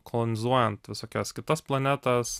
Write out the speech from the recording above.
kolonizuojant visokias kitas planetas